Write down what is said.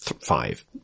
five